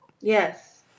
Yes